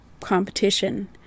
competition